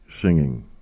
singing